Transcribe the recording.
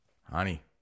honey